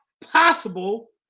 possible